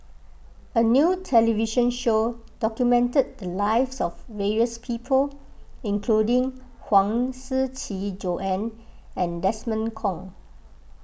a new television show documented the lives of various people including Huang Shiqi Joan and Desmond Kon